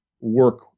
work